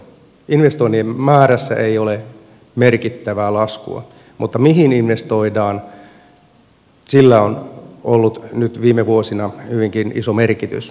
investointien määrässä ei ole merkittävää laskua mutta mihin investoidaan sillä on ollut nyt viime vuosina hyvinkin iso merkitys